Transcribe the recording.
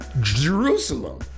Jerusalem